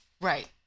Right